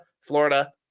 Florida